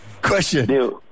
Question